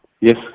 Yes